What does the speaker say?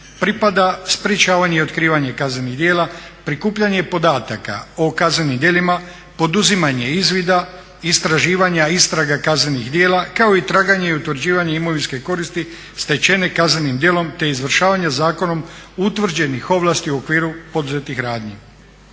pripada sprečavanje i otkrivanje kaznenih djela, prikupljanje podataka o kaznenim djelima, poduzimanje izvida, istraživanja istraga kaznenih djela kao i traganje i utvrđivanje imovinske koristi stečene kaznenim djelom te izvršavanja zakonom utvrđenih ovlasti u okviru poduzetih radnji.